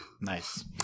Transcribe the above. nice